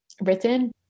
written